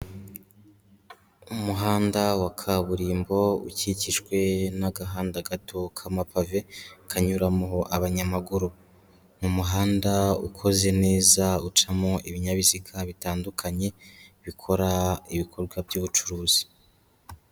Umuhanda wa kaburimbo ukikijwe n'agahanda gato k'amapave, kanyuramo abanyamaguru. Ni umuhanda ukoze neza ucamo ibinyabiziga bitandukanye, bikora ibikorwa by'ubucuruzi.